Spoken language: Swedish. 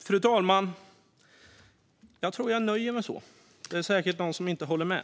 Fru talman! Jag tror att jag nöjer mig så. Det är säkert någon som inte håller med.